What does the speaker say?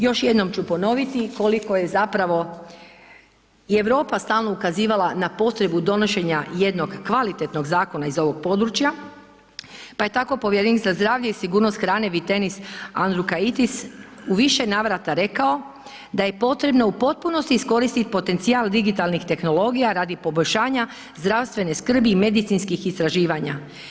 Još jednom ću ponoviti koliko je zapravo i Europa stalno ukazivala na potrebu donošenja jednog kvalitetnog zakona iz ovog područja pa je tako Povjerenstva zdravlje i sigurnost hrane Vytenis Andriukaitis u više navrata rekao da je potrebno u potpunosti iskoristiti potencijal digitalnih tehnologija radi poboljšanja zdravstvene skrbi i medicinskih istraživanja.